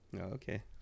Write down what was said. Okay